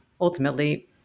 ultimately